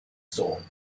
store